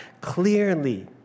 clearly